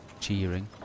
cheering